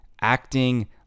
acting